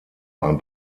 ein